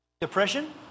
Depression